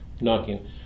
knocking